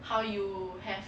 how you have